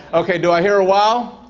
ok do i hear a wow?